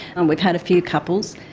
and we've had a few couples,